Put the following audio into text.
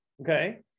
Okay